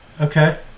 Okay